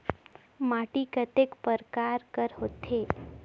माटी कतेक परकार कर होथे?